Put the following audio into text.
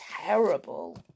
terrible